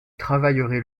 travaillerez